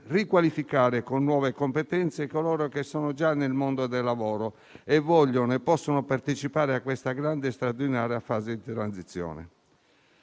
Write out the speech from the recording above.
riqualificare con nuove competenze coloro che sono già nel mondo del lavoro e che vogliono e possono partecipare a questa grande e straordinaria fase di transizione.